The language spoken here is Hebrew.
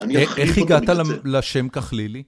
איך הגעת לשם כחלילי?